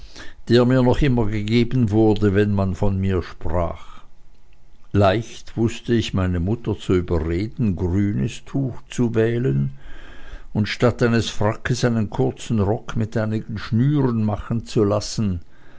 der mir noch immer gegeben wurde wenn man von mir sprach leicht wußte ich meine mutter zu überreden grünes tuch zu wählen und statt eines frackes einen kurzen rock mit einigen schnüren machen zu lassen